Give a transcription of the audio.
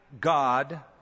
God